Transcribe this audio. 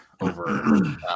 over